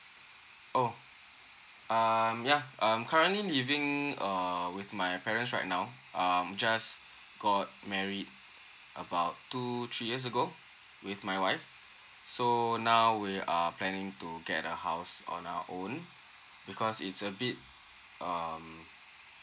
oh um yeah I'm currently living err with my parents right now um just got married about two three years ago with my wife so now we are planning to get a house on our own because it's a bit um